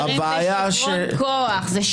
זה שכרון כוח.